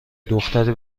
دختری